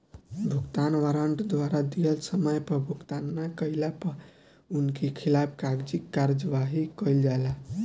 भुगतान वारंट द्वारा दिहल समय पअ भुगतान ना कइला पअ उनकी खिलाफ़ कागजी कार्यवाही कईल जाला